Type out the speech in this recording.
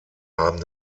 haben